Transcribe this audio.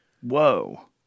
Whoa